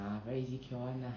ah very easy cure [one] lah